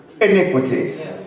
iniquities